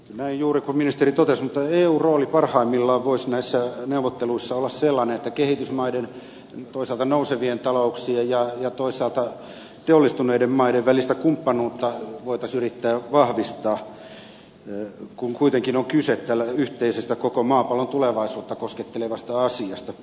näin juuri kuten ministeri totesi mutta eun rooli parhaimmillaan voisi näissä neuvotteluissa olla sellainen että kehitysmaiden toisaalta nousevien talouksien ja toisaalta teollistuneiden maiden välistä kumppanuutta voitaisiin yrittää vahvistaa kun kuitenkin on kyse tällaisesta yhteisestä koko maapallon tulevaisuutta koskettelevasta asiasta